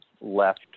left